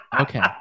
okay